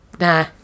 Nah